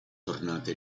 tornate